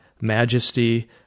majesty